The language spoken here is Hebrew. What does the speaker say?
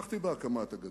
זה "עופרת יצוקה".